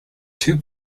two